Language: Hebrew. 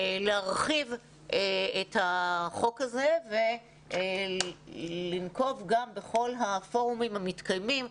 אלא להרחיב את החוק הזה ולנקוב גם בכל הפורומים המתקיימים,